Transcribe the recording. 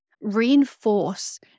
reinforce